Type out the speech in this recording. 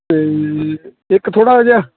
ਅਤੇ ਇੱਕ ਥੋੜ੍ਹਾ ਜਿਹਾ